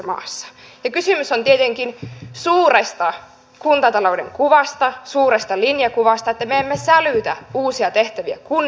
kysymys on tietenkin suuresta kuntatalouden kuvasta suuresta linjakuvasta että me emme sälytä uusia tehtäviä kunnille